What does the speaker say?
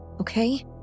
okay